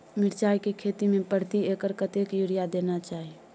मिर्चाय के खेती में प्रति एकर कतेक यूरिया देना चाही?